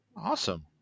Awesome